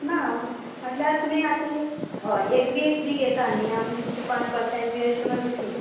ना आम मटल्या तुमी आती हय एक वीस बी घेता नी आमी तुमका पांच पसेंट बी अश करून दितली